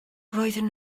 roedden